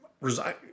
resign